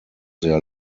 their